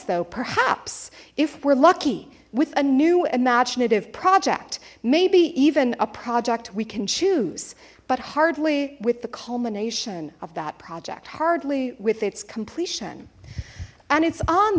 though perhaps if we're lucky with a new imaginative project maybe even a project we can choose but hardly with the culmination of that project hardly with its completion and it's on